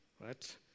right